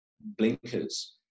blinkers